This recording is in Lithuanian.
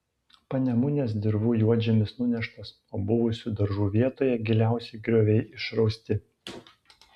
panemunės dirvų juodžemis nuneštas o buvusių daržų vietoje giliausi grioviai išrausti